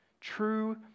true